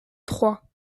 trois